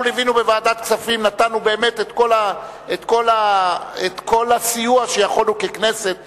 אנחנו ליווינו בוועדת הכספים ונתנו באמת את כל הסיוע שיכולנו ככנסת לתת,